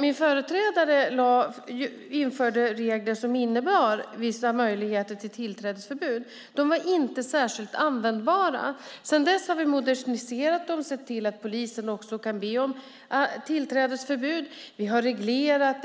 Min företrädare införde regler som innebar vissa möjligheter till tillträdesförbud, men de var inte särskilt användbara. Sedan dess har vi modifierat dem och sett till att polisen kan be om tillträdesförbud. Vi har reglerat